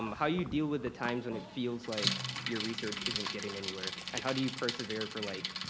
um how you deal with the times when it feels like your research isn't getting anywhere? and how do you persevere for, like,